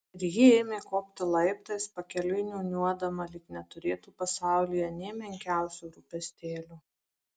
ir ji ėmė kopti laiptais pakeliui niūniuodama lyg neturėtų pasaulyje nė menkiausio rūpestėlio